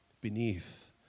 beneath